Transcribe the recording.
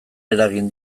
eragin